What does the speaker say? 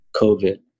COVID